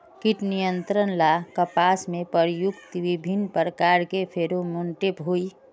कीट नियंत्रण ला कपास में प्रयुक्त विभिन्न प्रकार के फेरोमोनटैप होई?